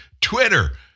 Twitter